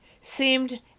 seemed